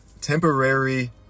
temporary